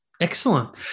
excellent